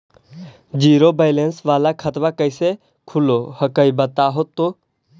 Zero balance वाला खतवा कैसे खुलो हकाई बताहो तो?